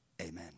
amen